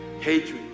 Hatred